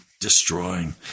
destroying